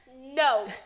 No